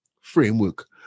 framework